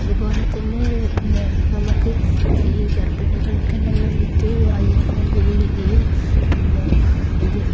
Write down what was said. അതു പോലെ തന്നെ പിന്നെ നമുക്ക് ഈ ഗർഭിണികൾക്കെല്ലാം വേണ്ടിയിട്ട് ഐ എഫ്ൻ്റെ ഗുളികയും പിന്നെ ഇത്